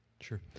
Sure